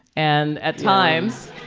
and at times.